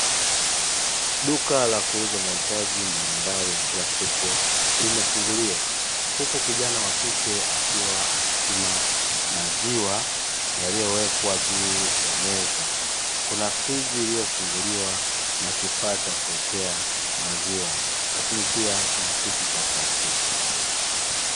Duka la kuuza mahitaji mbalimbali ya kila siku limefunguliwa huku kijana wa kike akiwa anapima maziwa yaliyowekwa juu ya meza, kuna friji iliyofunguliwa na kifaa cha kuwekea maziwa lakini pia kuna kiti cha plastiki.